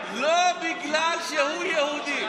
לא בגלל שהוא יהודי.